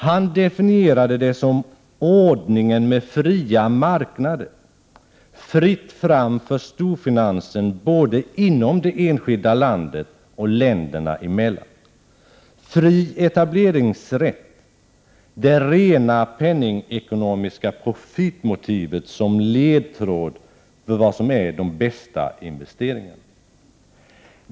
Han definierade det som ordningen med fria marknader, fritt fram för storfinansen både inom det enskilda landet och emellan länderna, fri etableringsrätt, det rena penningekonomiska profitmotivet som ledtråd för vad som är de bästa investeringarna.